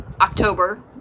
October